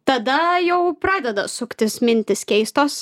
tada jau pradeda suktis mintys keistos